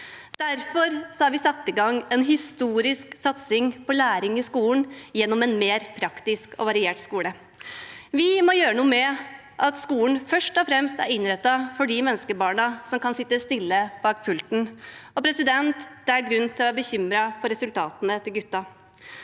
Derfor har vi satt i gang en historisk satsing på læring i skolen, gjennom en mer praktisk og variert skole. Vi må gjøre noe med at skolen først og fremst er innrettet for de menneskebarna som kan sitte stille bak pulten, og det er grunn til å være bekymret for resultatene til guttene.